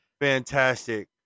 fantastic